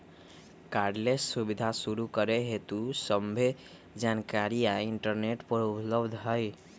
cardless सुबीधा शुरू करे हेतु सभ्भे जानकारीया इंटरनेट पर उपलब्ध हई